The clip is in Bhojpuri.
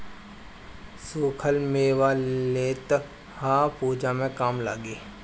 सुखल मेवा लेते आव पूजा में काम लागी